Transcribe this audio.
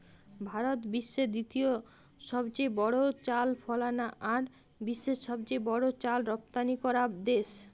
ভারত বিশ্বের দ্বিতীয় সবচেয়ে বড় চাল ফলানা আর বিশ্বের সবচেয়ে বড় চাল রপ্তানিকরা দেশ